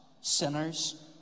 sinners